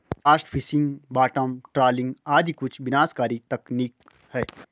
blast fishing, bottom trawling आदि कुछ विनाशकारी तकनीक है